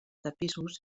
tapissos